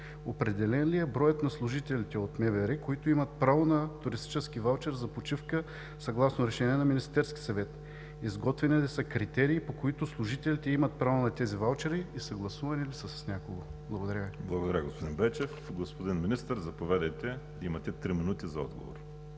определен ли е броят на служителите от МВР, които имат право на туристически ваучер за почивка съгласно решение на Министерския съвет, изготвени ли са критерии, по които служителите имат право на тези ваучери, и съгласувани ли са с някого? Благодаря Ви. ПРЕДСЕДАТЕЛ ВАЛЕРИ СИМЕОНОВ: Благодаря, господин Байчев. Господин Министър, заповядайте – имате три минути за отговор.